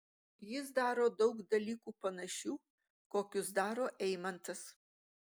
jis daro daug dalykų panašių kokius daro eimantas